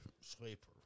sleeper